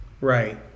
Right